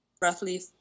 roughly